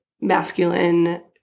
masculine